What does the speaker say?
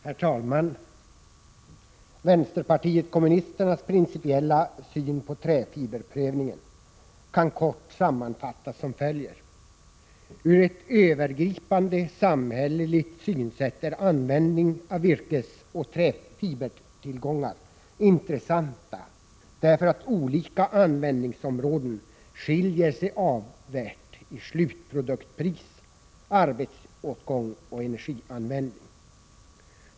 Herr talman! Vänsterpartiet kommunisternas principiella syn på träfiberprövningen kan kort sammanfattas som följer. Med ett övergripande samhälleligt synsätt är användningen av virkesoch fibertillgångar intressanta, eftersom olika användningsområden skiljer sig avsevärt i slutproduktpris, arbetsåtgång och energianvändning.